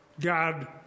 God